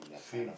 same